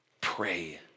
pray